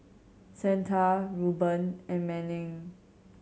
santa Reuben and Manning